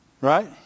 Right